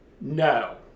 no